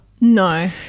No